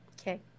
Okay